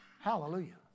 Hallelujah